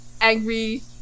angry